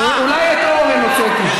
אולי את אורן הוצאתי.